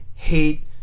Hate